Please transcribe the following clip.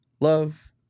love